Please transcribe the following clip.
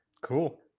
Cool